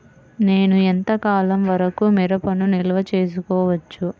నేను ఎంత కాలం వరకు మిరపను నిల్వ చేసుకోవచ్చు?